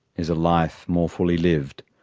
is a life more fully lived.